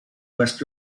west